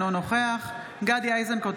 אינו נוכח גדי איזנקוט,